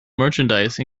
merchandise